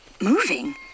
moving